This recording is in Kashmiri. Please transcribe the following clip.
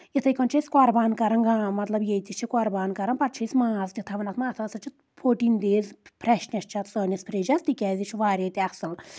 یِتھٕے کٔنۍ چھِ أسۍ قۄربان کران گام مطلب ییٚتہِ چھِ قۄربان کران پَتہٕ چھِ أسۍ ماز تہِ تھاوان اَتھ منٛز اَتھ ہسا چھِ فوٹیٖن دیز فرٛؠشنؠس چھِ اَتھ سٲنِس فرجَس تِکیازِ یہِ چھُ واریاہ تہِ اَصٕل